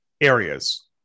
areas